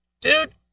dude